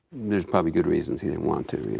there's probably good reasons he didn't want to you